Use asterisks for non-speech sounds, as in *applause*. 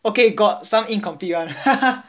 okay got some incomplete [one] *laughs*